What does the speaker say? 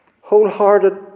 Wholehearted